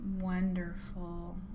Wonderful